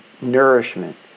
nourishment